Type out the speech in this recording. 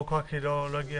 לא הוקרא כי הוא לא הגיע.